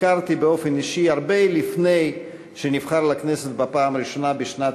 הכרתי באופן אישי הרבה לפני שנבחר לכנסת בפעם הראשונה בשנת